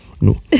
no